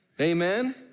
Amen